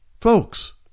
Folks